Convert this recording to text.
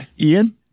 Ian